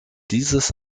dieses